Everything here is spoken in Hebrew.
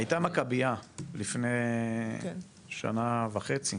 הייתה מכביה לפני שנה וחצי.